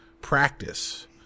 practice